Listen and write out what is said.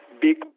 big